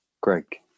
Greg